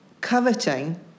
coveting